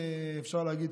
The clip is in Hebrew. אפשר להגיד,